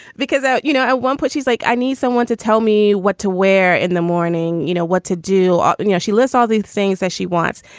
because out, you know, at one point she's like, i need someone to tell me what to wear in the morning. you know what to do. and, you know, she lists all the things that she wants.